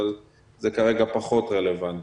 אבל זה רגע פחות רלוונטי.